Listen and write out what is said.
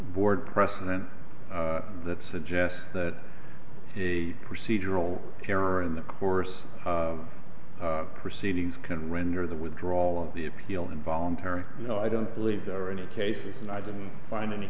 board precedents that suggest that a procedural error in the course of the proceedings can render the withdrawal of the appeal involuntary you know i don't believe there are any cases and i didn't find any